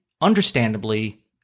understandably